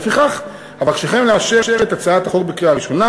לפיכך, אבקשכם לאשר את הצעת החוק בקריאה ראשונה